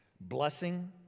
Blessing